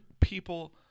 people